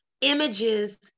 images